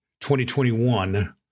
2021